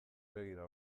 begira